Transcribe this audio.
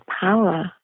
power